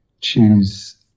choose